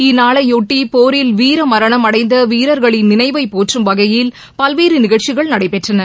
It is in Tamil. இந்நாளையொட்டி போரில் வீரமரணம் அடைந்த வீரர்களின் நினைவை போற்றம் வகையில் பல்வேறு நிகழ்ச்சிகள் நடைபெற்றன